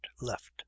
left